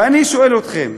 ואני שואל אתכם: